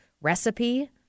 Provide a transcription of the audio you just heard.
recipe